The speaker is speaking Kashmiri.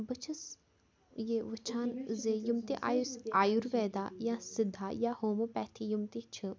بہٕ چھَس یہِ وٕچھان زِ یِم تہِ آیُس آیُرویدا یا سِدھا یا ہوموپیتھی یِم تہِ چھِ